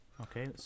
Okay